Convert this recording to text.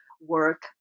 work